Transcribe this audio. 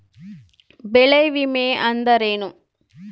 ಬೆಳೆ ವಿಮೆ ಅಂದರೇನು?